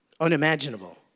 Unimaginable